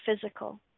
physical